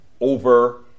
over